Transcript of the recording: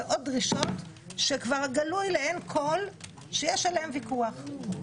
ועוד דרישות שכבר גלוי לעין כל שיש עליהן ויכוח.